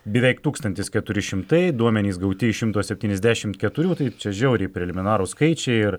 beveik tūkstantis keturi šimtai duomenys gauti iš šimto septyniasdešimt keturių tai čia žiauriai preliminarūs skaičiai ir